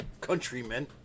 countrymen